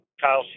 Kyle